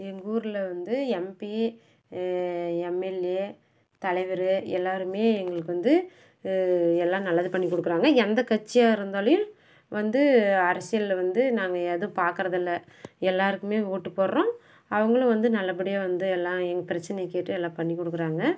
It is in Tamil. எங்கூரில் வந்து எம்பி எம்எல்ஏ தலைவர் எல்லோருமே எங்களுக்கு வந்து எல்லாம் நல்லது பண்ணிக் கொடுக்குறாங்க எந்த கட்சியாக இருந்தாலுயும் வந்து அரசியலில் வந்து நாங்கள் எதுவும் பார்க்கறதில்ல எல்லோருக்குமே ஓட்டு போடுகிறோம் அவங்களும் வந்து நல்லபடியாக வந்து எல்லாம் எங்கள் பிரச்சினையை கேட்டு எல்லாம் பண்ணிக் கொடுக்குறாங்க